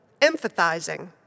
empathizing